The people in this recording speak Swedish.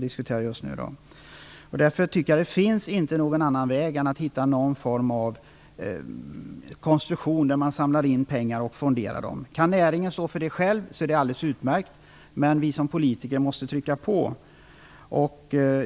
Därför tycker jag inte att det finns någon annan väg än att hitta någon form av konstruktion där man samlar in pengar och fonderar dem. Kan näringen stå för det själv, är det alldeles utmärkt. Men vi som politiker måste trycka på.